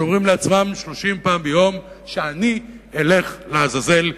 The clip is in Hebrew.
שאומרים לעצמם 30 פעם ביום: שאני אלך לעזאזל,